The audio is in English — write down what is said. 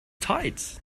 tides